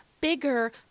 bigger